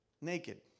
Naked